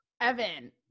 Evan